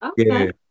Okay